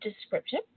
description